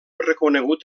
reconegut